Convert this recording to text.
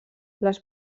les